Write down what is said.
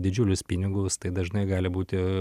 didžiulius pinigus tai dažnai gali būti